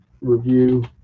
Review